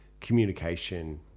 communication